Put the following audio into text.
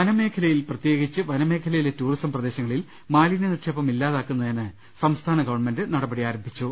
വനമേഖലയിൽ പ്രത്യേകിച്ച് വനമേഖലയിലെ ടൂറിസം പ്രദേശങ്ങളിൽ മാലിന്യ നിക്ഷേപം ഇല്ലാതാക്കുന്നതിന് സംസ്ഥാന ഗവൺമെന്റ് നടപടി ആരംഭിച്ചു